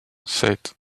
sept